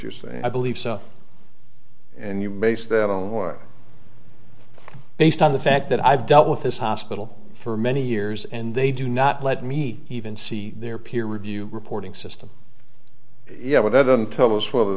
you're saying i believe so and you base that on one based on the fact that i've dealt with this hospital for many years and they do not let me even see their peer review reporting system you have a didn't tell us whether